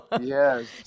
Yes